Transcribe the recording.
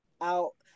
out